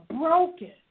broken